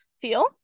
feel